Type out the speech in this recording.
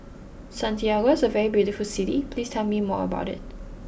Santiago is a very beautiful city please tell me more about it